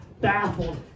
baffled